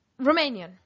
Romanian